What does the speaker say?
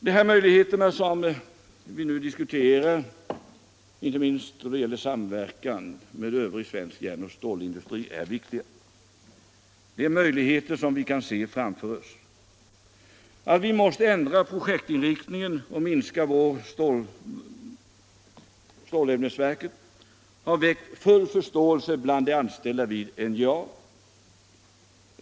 De här möjligheterna som vi nu diskuterar är viktiga, inte minst då det gäller samverkan med övrig svensk järnoch stålindustri. Dessa möjligheter kan vi se framför oss. Att vi måste ändra projektinriktningen och minska stålämnesverket har väckt full förståelse bland de anställda vid NJA.